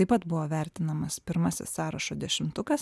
taip pat buvo vertinamas pirmasis sąrašo dešimtukas